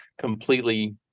completely